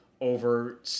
Over